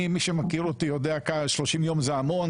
מי שמכיר אותי יודע ש-30 ימים זה המון,